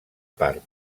part